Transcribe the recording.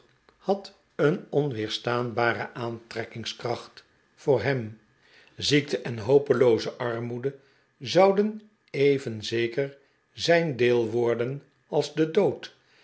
had een onweerstaaribare aantrekkingskracht voor hem ziekte en hopelooze armoede zouden even zeker zijn deel worden als de dood